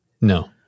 No